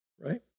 right